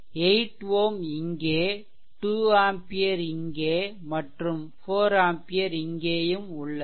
8 Ω இங்கே 2 ஆம்பியர் இங்கே மற்றும் 4 ஆம்பியர் இங்கேயும் உள்ளது